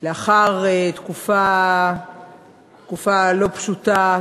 לאחר תקופה לא פשוטה.